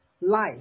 life